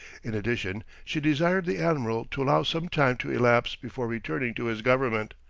in addition, she desired the admiral to allow some time to elapse before returning to his government,